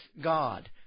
God